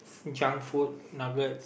junk food nuggets